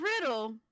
riddle